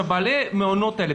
בעלי המעונות האלה,